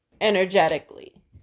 energetically